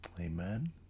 amen